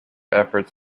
efforts